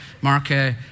Mark